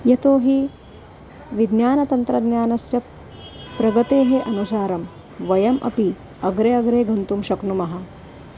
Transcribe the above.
यतोहि विज्ञानतन्त्रज्ञानस्य प्रगतेः अनुसारं वयम् अपि अग्रे अग्रे गन्तुं शक्नुमः